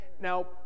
Now